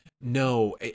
no